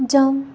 जाऊ